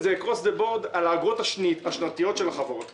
זה across the board על האגרות השנתיות של החברות,